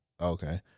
Okay